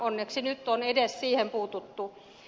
onneksi nyt on edes siihen puututtu